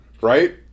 Right